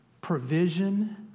provision